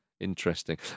Interesting